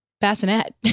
bassinet